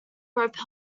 rope